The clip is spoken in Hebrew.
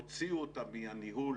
הוציאו אותם מהניהול